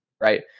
right